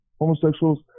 homosexuals